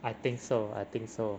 I think so I think so